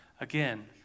again